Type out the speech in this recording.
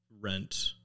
rent